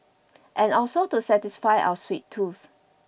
and also to satisfy our sweet tooth